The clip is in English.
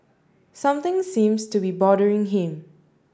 something seems to be bothering him